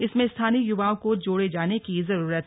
इसमें स्थानीय युवाओं को जोड़े जाने की जरूरत है